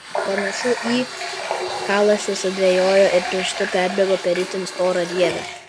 panašu į kalasi sudvejojo ir pirštu perbėgo per itin storą rievę